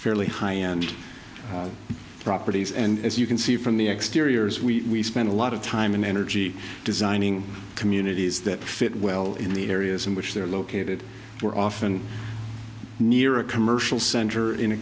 fairly high end properties and as you can see from the exteriors we spent a lot of time and energy designing communities that fit well in the areas in which they're located we're often near a commercial center in a